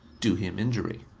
do him injury.